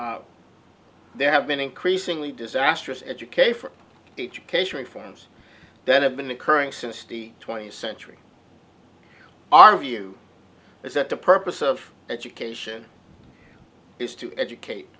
education they have been increasingly disastrous educate for each occasion reforms that have been occurring since the twentieth century our view is that the purpose of education is to educate